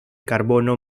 carbono